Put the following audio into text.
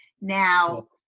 Now